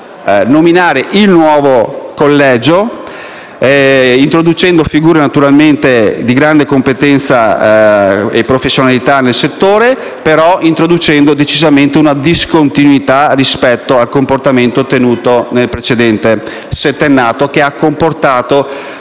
nominare il nuovo collegio, introducendo figure naturalmente di grande competenza e professionalità nel settore, ma introducendo, decisamente, una discontinuità rispetto al comportamento tenuto nel precedente settennato, che ha comportato